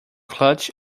clutch